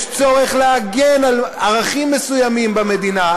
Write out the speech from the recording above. יש צורך להגן על ערכים מסוימים במדינה,